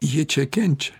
jie čia kenčia